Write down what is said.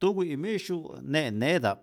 Tuwi' y mi'syu' ne'neta'p,